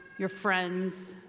your friends,